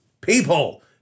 people